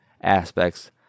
aspects